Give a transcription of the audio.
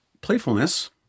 Playfulness